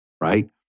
right